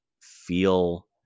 feel